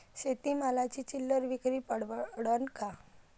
शेती मालाची चिल्लर विक्री परवडन का?